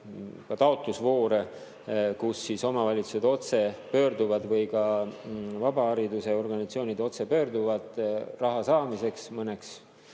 ka taotlusvoore, kus omavalitsused või ka vabahariduse organisatsioonid otse pöörduvad raha saamiseks mõneks